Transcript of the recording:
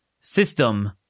system